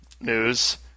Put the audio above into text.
News